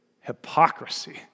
hypocrisy